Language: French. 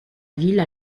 ville